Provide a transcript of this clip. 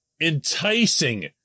enticing